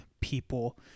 people